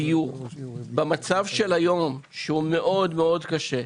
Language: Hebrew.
דיור במצב של היום שהוא מאוד קשה,